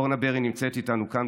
אורנה ברי נמצאת איתנו כאן,